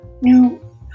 new